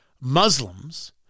Muslims